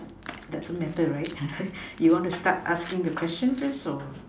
doesn't matter right you want to start asking the question first or